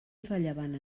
irrellevant